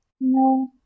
No